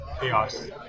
chaos